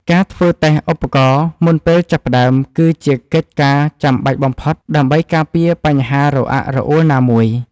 ការធ្វើតេស្តឧបករណ៍មុនពេលចាប់ផ្ដើមគឺជាកិច្ចការចាំបាច់បំផុតដើម្បីការពារបញ្ហារអាក់រអួលណាមួយ។